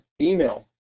email